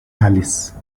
palace